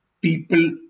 people